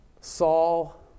Saul